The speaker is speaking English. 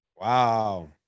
Wow